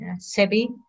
Sebi